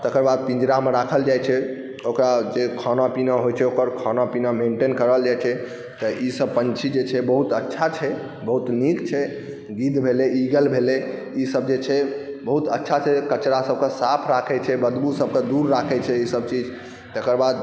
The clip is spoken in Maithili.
तकर बाद पिन्जरामे राखल जाइ छै ओकरा जे खाना पीना होइ छै ओकरा खाना पीना मेन्टेन करल जाइ छै तऽ ईसब पन्छी जे छै बहुत अच्छा छै बहुत नीक छै गिद्ध भेलै ईगल भेलै ईसब जे छै बहुत अच्छासँ कचरासबके साफ राखै छै बदबूसबके दूर राखै छै ईसब चीज तकर बाद